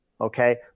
okay